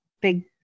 big